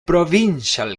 provincial